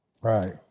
right